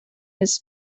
his